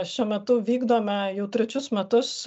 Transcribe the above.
šiuo metu vykdome jau trečius metus